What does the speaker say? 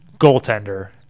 goaltender